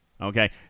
okay